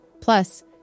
Plus